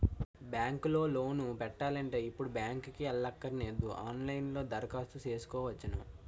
bank లో loan పెట్టాలంటే ఇప్పుడు బ్యాంకుకి ఎల్లక్కరనేదు ఆన్ లైన్ లో దరఖాస్తు సేసుకోవచ్చును